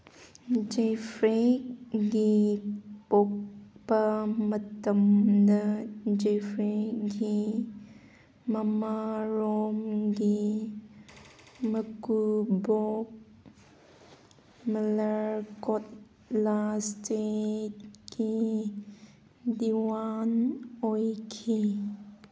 ꯖꯦꯐ꯭ꯔꯤꯒꯤ ꯄꯣꯛꯄ ꯃꯇꯝꯗ ꯖꯦꯐ꯭ꯔꯦꯒꯤ ꯃꯃꯥꯔꯣꯝꯒꯤ ꯃꯀꯨꯕꯣꯛ ꯃꯂꯔꯀꯣꯠꯂꯥ ꯏꯁꯇꯦꯠꯀꯤ ꯗꯤꯋꯥꯟ ꯑꯣꯏꯈꯤ